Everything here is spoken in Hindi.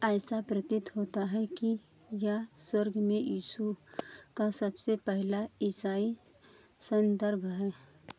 ऐसा प्रतीत होता है कि यह स्वर्ग में यीशू का सबसे पहला ईसाई संदर्भ है